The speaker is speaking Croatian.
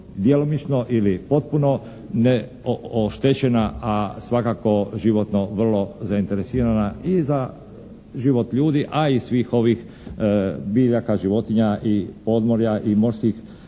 djelomično ili potpuno neoštećena, a svakako životno vrlo zainteresirana i za život ljudi a i svih ovih biljaka, životinja i podmorja i morskih